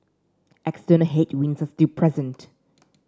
external headwinds are still present